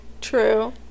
True